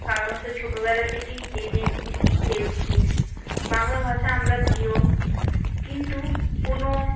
সাধারণত ছোটবেলা থেকেই জেনে এসছি শিখে এসেছি বাংলা ভাষা আমরা প্রিয় কিন্তু কোনো